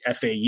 FAU